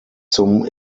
zum